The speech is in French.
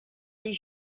les